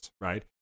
right